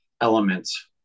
elements